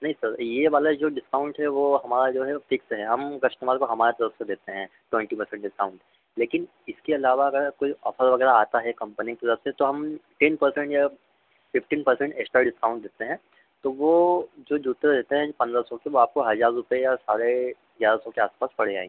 नहीं सर यह वाला जो डिस्काउंट है वह हमारा जो है वह फ़िक्स है हम कस्टमर को हमारे तरफ से देते हैं ट्वेंटी पर्सेंट डिस्काउंट लेकिन इसके अलावा अगर कोई ऑफ़र वग़ैरह आता है कम्पनी की तरफ से तो हम टेन पर्सेंट या फ़िफ्टीन पर्सेंट एक्स्ट्रा डिस्काउंट देते हैं तो वह जो जूते देते हैं जो पन्द्रह सौ के वे आपको हज़ार रुपये या साढ़े ग्यारह सौ के आस पास पड़ जाएँगे